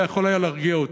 זה היה יכול להרגיע אותי.